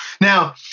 Now